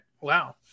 Wow